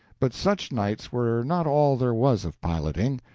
but such nights were not all there was of piloting.